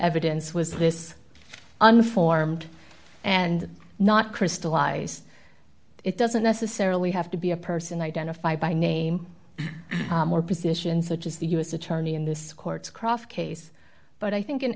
evidence was this unformed and not crystallized it doesn't necessarily have to be a person identified by name more positions such as the u s attorney in this court's croft case but i think in